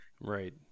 Right